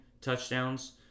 touchdowns